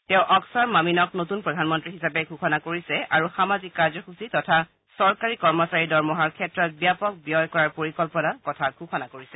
তেওঁ অক্সৰ মামিনক নতুন প্ৰধানমন্ত্ৰী হিচাপে ঘোষণা কৰিছে আৰু সামাজিক কাৰ্যসূচী তথা চৰকাৰী কৰ্মচাৰীৰ দৰমহাৰ ক্ষেত্ৰত ব্যাপক ব্যয় কৰাৰ পৰিকল্পনাৰ কথা ঘোষণা কৰিছে